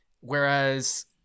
whereas